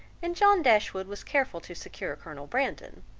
and john dashwood was careful to secure colonel brandon,